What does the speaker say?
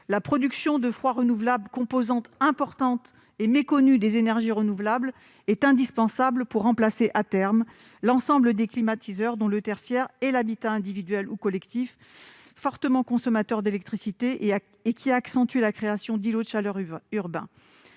La production de froid renouvelable, composante importante et méconnue des énergies renouvelables, est indispensable pour remplacer à terme l'ensemble des climatiseurs dans le tertiaire et l'habitat individuel ou collectif, qui sont d'importants consommateurs d'électricité et qui accentuent la création d'îlots de chaleur urbains.